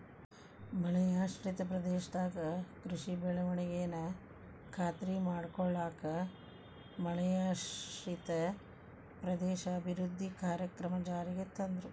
ಮಳೆಯಾಶ್ರಿತ ಪ್ರದೇಶದಾಗ ಕೃಷಿ ಬೆಳವಣಿಗೆನ ಖಾತ್ರಿ ಮಾಡ್ಕೊಳ್ಳಾಕ ಮಳೆಯಾಶ್ರಿತ ಪ್ರದೇಶ ಅಭಿವೃದ್ಧಿ ಕಾರ್ಯಕ್ರಮ ಜಾರಿಗೆ ತಂದ್ರು